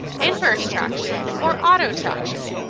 inverse traction, or auto traction.